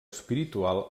espiritual